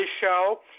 show